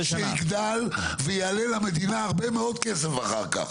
זה ילד שיגדל ויעלה למדינה הרבה מאוד כסף אחר כך.